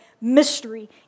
mystery